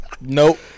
Nope